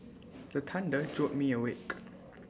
the thunder jolt me awake